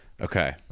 Okay